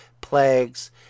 plagues